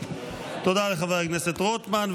תודה לחבר הכנסת רוטמן,